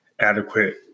adequate